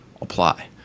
apply